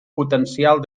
potencial